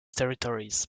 territories